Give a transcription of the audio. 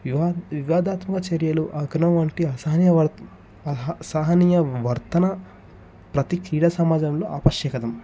వివా వివాదాత్మక చర్యలు ఆగ్రహం వంటి అసహన సహనీయ వర్తన ప్రతి క్రీడ సమాజంలో ఆవశ్యకతం